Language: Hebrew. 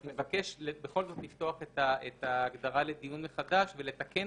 מבקש בכל זאת לפתוח את ההגדרה לדיון מחדש ולתקן